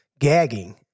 gagging